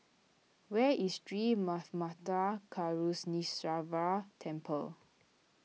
where is Sri Manmatha Karuneshvarar Temple